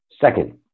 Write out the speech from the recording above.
Second